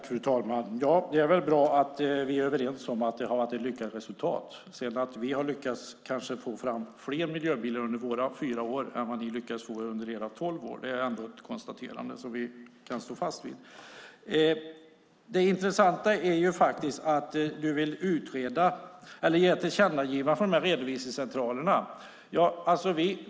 Fru talman! Ja, det är väl bra att vi är överens om att det har varit ett lyckat resultat. Att vi sedan har lyckats få fram fler miljöbilar under våra fyra år än vad ni lyckades med under era tolv år är ändå ett konstaterande som vi kan stå fast vid. Det intressanta är att du vill göra ett tillkännagivande om redovisningscentralerna.